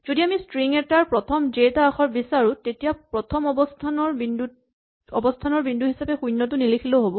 যদি আমি ষ্ট্ৰিং এটাৰ প্ৰথম জে টা আখৰ বিচাৰো তেতিয়া প্ৰথম অৱস্হানৰ বিন্দু হিচাপে শূণ্যটো নিলিখিলেও হয়